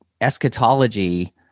eschatology